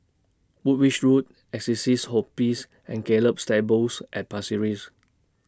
Woolwich Road Assisi's Hospice and Gallop Stables At Pasir Ris